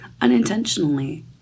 unintentionally